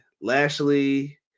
lashley